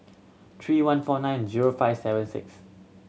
three one four nine zero five seven six